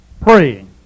praying